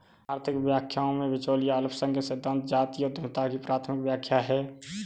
आर्थिक व्याख्याओं में, बिचौलिया अल्पसंख्यक सिद्धांत जातीय उद्यमिता की प्राथमिक व्याख्या है